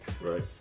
Right